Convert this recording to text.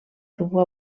dur